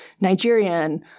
Nigerian